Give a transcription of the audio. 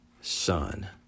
son